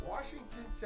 Washington